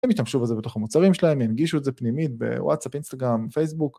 אתם השתמשו בזה בתוך המוצרים שלהם, ינגישו את זה פנימית בוואטסאפ, אינסטגרם, פייסבוק.